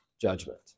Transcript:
judgment